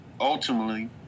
ultimately